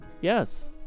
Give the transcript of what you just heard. Yes